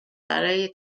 برای